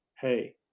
hey